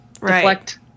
reflect